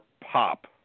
pop